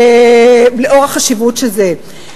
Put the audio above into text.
לנוכח החשיבות של הנושא הזה.